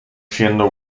siendo